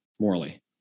morally